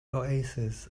oasis